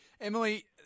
Emily